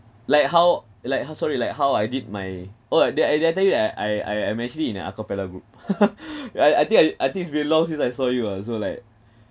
like how like how sorry like how I did my oh did I did I tell you like I I am actually in a acapella group I I think I I think it's been long since I saw you ah so like